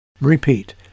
Repeat